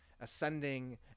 ascending